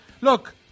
look